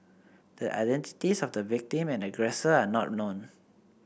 the identities of the victim and aggressor are not known